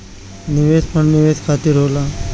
निवेश फंड निवेश खातिर होला